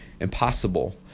impossible